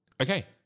Okay